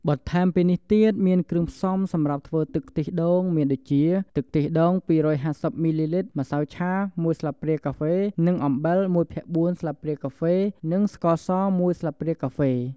បន្ថែមពីនេះទៀតមានគ្រឿងផ្សំសម្រាប់ធ្វើទឹកខ្ទះដូងមានដូចជា ទឹកខ្ទះដូង២៥០មីលីលីត្រម្សៅឆាមួយស្លាបព្រាកាហ្វេនិងអំបិលមួយភាគបួនស្លាបព្រាកាហ្វនិងស្ករស១ស្លាបព្រាកាហ្វេ។